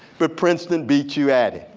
but princeton beat you at it.